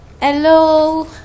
Hello